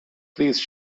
please